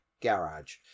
garage